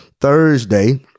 thursday